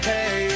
Hey